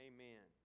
Amen